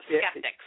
skeptics